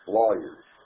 lawyers